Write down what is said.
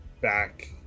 back